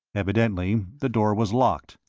evidently the door was locked,